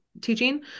teaching